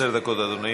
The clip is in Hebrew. עשר דקות, אדוני.